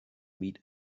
meet